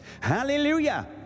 Hallelujah